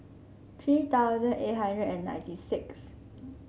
three thousand eight hundred and ninety six